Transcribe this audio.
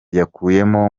yakuyemo